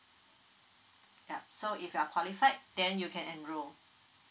ya so if you are qualified then you can enrol